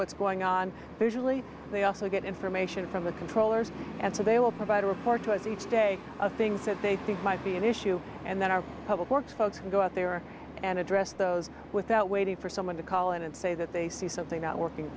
what's going on visually they also get information from the controllers and so they will provide a report to us each day of things that they think might be an issue and then our public works folks can go out there and address those without waiting for someone to call in and say that they see something not working